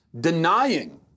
denying